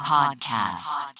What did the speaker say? Podcast